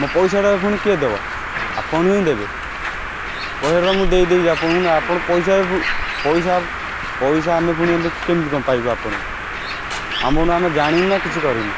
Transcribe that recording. ମୋ ପଇସାଟା ପୁଣି କିଏ ଦେବ ଆପଣ ହିଁ ଦେବେ ପଇସାଟା ତ ମୁଁ ଦେଇ ଦେଇଛି ଆପଣଙ୍କୁ ନା ଆପଣ ପଇସା ପଇସା ପଇସା ଆମେ ପୁଣି ଏବେ କେମିତି କ'ଣ ପାଇବୁ ଆପଣଙ୍କଠୁ ଆମେ ଜାଣିନୁ ନା କିଛି କରିନୁ